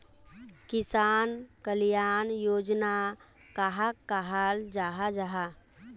किसान कल्याण योजना कहाक कहाल जाहा जाहा?